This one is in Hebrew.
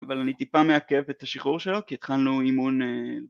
אבל אני טיפה מעכב את השחרור שלו, כי התחלנו אימון...